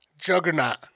Juggernaut